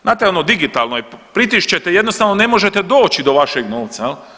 Znate ono digitalno je pritišćete jednostavno ne možete doći do vašeg novca.